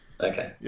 Okay